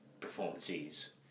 performances